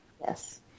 Yes